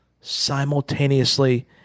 simultaneously